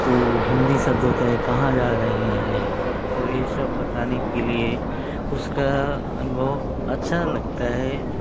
तो हिंदी शब्द होता हैं कहाँ जा रहे हैं तो ये सब बताने के लिए उसका अनुभव अच्छा लगता